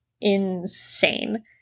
insane